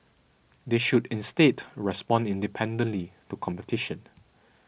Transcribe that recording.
they should instead respond independently to competition